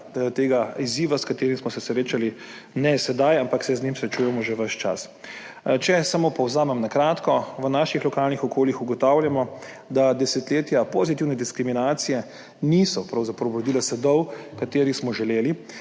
tega izziva, s katerim se nismo srečali sedaj, ampak se z njim srečujemo že ves čas. Če samo povzamem na kratko, v naših lokalnih okoljih ugotavljamo, da desetletja pozitivne diskriminacije pravzaprav niso obrodila sadov, ki smo jih želeli,